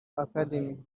academy